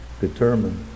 determine